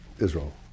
Israel